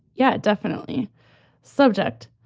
yeah, definitely subject.